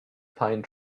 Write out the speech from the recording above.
pine